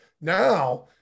Now